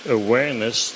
awareness